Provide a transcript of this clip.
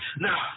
Now